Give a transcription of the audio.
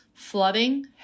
Flooding